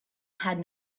had